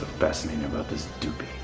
fascinating about this doopey?